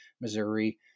Missouri